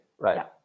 right